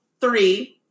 Three